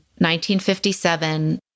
1957